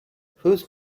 whose